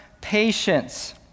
patience